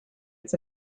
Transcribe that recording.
it’s